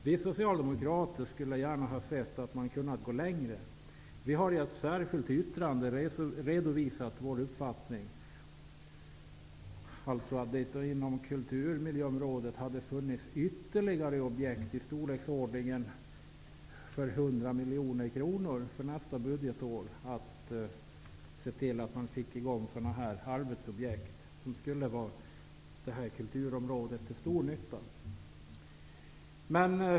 Vi socialdemokrater skulle gärna ha sett att man hade kunnat gå längre. Vi har i ett särskilt yttrande redovisat vår uppfattning att det nästa budgetår inom kulturmiljöområdet finns ytterligare arbetsobjekt i storleksordningen 100 miljoner kronor, som skulle kunna vara till stor nytta på kulturområdet.